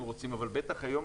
אבל בטח היום,